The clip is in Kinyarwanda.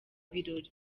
birori